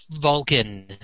Vulcan